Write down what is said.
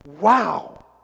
Wow